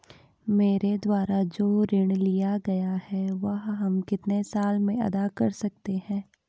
मेरे द्वारा जो ऋण लिया गया है वह हम कितने साल में अदा कर सकते हैं?